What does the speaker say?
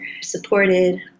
supported